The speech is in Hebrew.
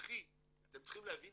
אתם צריכים להבין